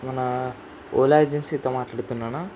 మన ఓలా ఏజెన్సీతో మాట్లాడుతున్నాను